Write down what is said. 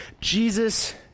Jesus